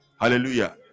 hallelujah